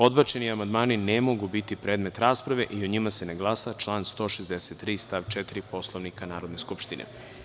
Odbačeni amandmani ne mogu biti predmet rasprave i o njima se ne glasa (član 163. stav 4. Poslovnika Narodne skupštine)